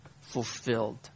fulfilled